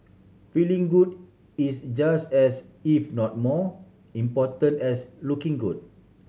feeling good is just as if not more important as looking good